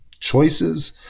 choices